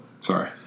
Sorry